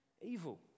evil